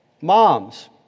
Moms